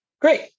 Great